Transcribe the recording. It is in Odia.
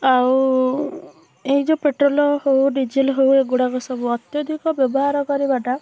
ଆଉ ଏଇ ଯୋଉ ପେଟ୍ରୋଲ୍ ହଉ ଡିଜେଲ୍ ହଉ ଏ ଗୁଡ଼ାକ ସବୁ ଅତ୍ୟଧିକ ବ୍ୟବହାର କରିବା ଟା